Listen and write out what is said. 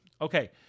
Okay